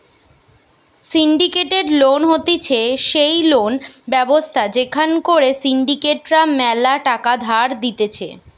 syndicated loan হতিছে সেই loan ব্যবস্থা যেখান করে সিন্ডিকেট রা ম্যালা টাকা ধার দিতেছে